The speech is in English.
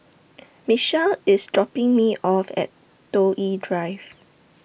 Mitchell IS dropping Me off At Toh Yi Drive